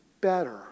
better